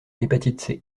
l’hépatite